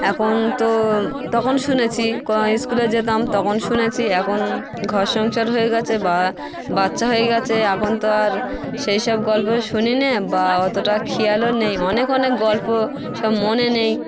এখন তো তখন শুনেছি ক স্কুলে যেতাম তখন শুনেছি এখন ঘর সংসার হয়ে গেছে বা বাচ্চা হয়ে গেছে এখন তো আর সেই সব গল্পে শুনি নে বা অতোটা খেয়ালও নেই অনেক অনেক গল্প সব মনে নেই